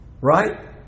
Right